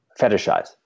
fetishize